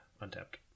untapped